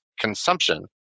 consumption